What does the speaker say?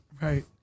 Right